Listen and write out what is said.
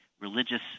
religious